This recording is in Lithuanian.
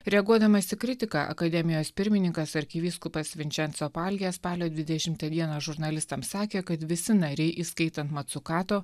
reaguodamas į kritiką akademijos pirmininkas arkivyskupas vinčenso paljė spalio dvidešimtą dieną žurnalistams sakė kad visi nariai įskaitant mat matsukato